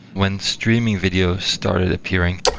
when streaming video started appearing,